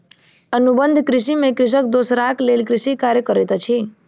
अनुबंध कृषि में कृषक दोसराक लेल कृषि कार्य करैत अछि